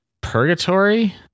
purgatory